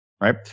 Right